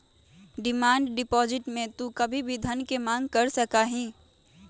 demand deposit में तू कभी भी धन के मांग कर सका हीं